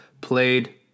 played